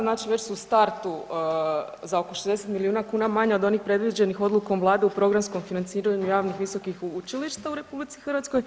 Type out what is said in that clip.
Znači već su u startu za oko 60 milijuna kuna manja od onih predviđenih Odlukom Vlade o programskom financiranju javnih visokih učilišta u RH.